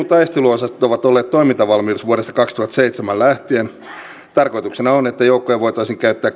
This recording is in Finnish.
taisteluosastot ovat olleet toimintavalmiudessa vuodesta kaksituhattaseitsemän lähtien tarkoituksena on että joukkoja voitaisiin käyttää